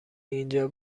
اینجا